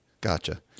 Gotcha